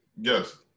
Yes